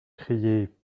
crier